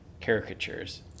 caricatures